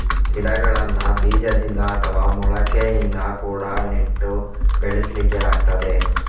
ಗಿಡಗಳನ್ನ ಬೀಜದಿಂದ ಅಥವಾ ಮೊಳಕೆಯಿಂದ ಕೂಡಾ ನೆಟ್ಟು ಬೆಳೆಸ್ಲಿಕ್ಕೆ ಆಗ್ತದೆ